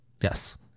Yes